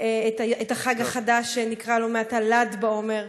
את החג החדש, שנקרא לו מעתה ל"ד בעומר,